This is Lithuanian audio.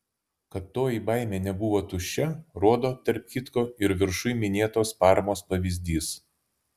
kad toji baimė nebuvo tuščia rodo tarp kitko ir viršuj minėtos parmos pavyzdys